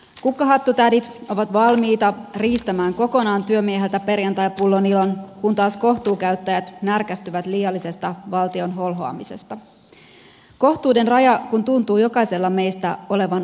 kukkahattutädit ovat valmiita riistämään kokonaan työmieheltä perjantaipullon ilon kun taas kohtuukäyttäjät närkästyvät liiallisesta valtion holhoamisesta kohtuuden raja kun tuntuu jokaisella meistä olevan omanlaisensa